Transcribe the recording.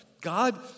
God